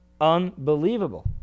Unbelievable